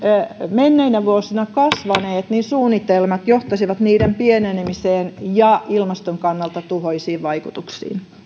menneinä vuosina kasvaneet niin suunnitelmat johtaisivat niiden pienenemiseen ja ilmaston kannalta tuhoisiin vaikutuksiin